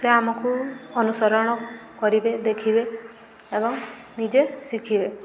ସେ ଆମକୁ ଅନୁସରଣ କରିବେ ଦେଖିବେ ଏବଂ ନିଜେ ଶିଖିବେ